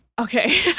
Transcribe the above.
Okay